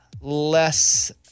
less